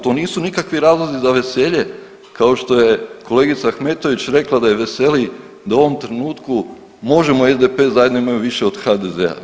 To nisu nikakvi razlozi za veselje kao što je kolegica Ahmetović rekla da je veseli da u ovom trenutku Možemo i SDP zajedno imaju više od HDZ-a.